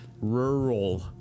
rural